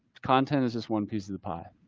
content is just one piece of the pie.